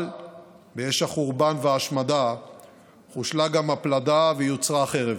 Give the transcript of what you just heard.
אבל מאש החורבן וההשמדה חושלה גם הפלדה ויוצרה החרב.